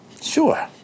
Sure